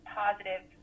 positive